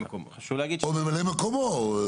או ממלא מקומו.